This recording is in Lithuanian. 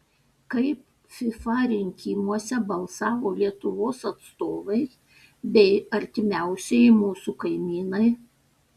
kaip fifa rinkimuose balsavo lietuvos atstovai bei artimiausieji mūsų kaimynai